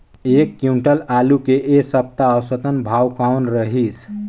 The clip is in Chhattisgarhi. एक क्विंटल आलू के ऐ सप्ता औसतन भाव कौन रहिस?